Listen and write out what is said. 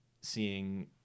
seeing